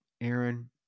Aaron